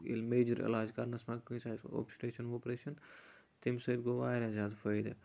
ییٚلہِ میجر علاج کرنَس منٛز کٲنسہِ آسہِ اوپرشَن ووپریشَن تَمہِ سۭتۍ گوٚو واریاہ زیادٕ فٲیدٕ